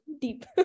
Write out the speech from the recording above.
deep